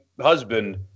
husband